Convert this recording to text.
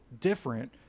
different